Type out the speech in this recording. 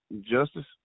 Justice